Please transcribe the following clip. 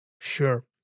sure